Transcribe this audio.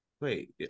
Wait